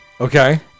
Okay